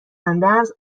اندرز